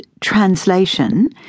translation